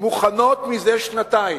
מוכנות זה שנתיים.